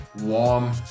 warm